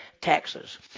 taxes